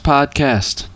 Podcast